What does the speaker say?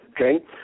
Okay